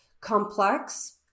complex